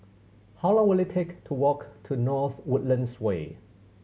how long will it take to walk to North Woodlands Way